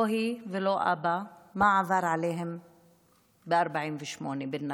לא היא ולא אבא, מה עבר עליהם ב-48' בנכבה.